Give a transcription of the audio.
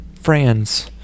friends